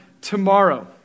tomorrow